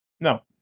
No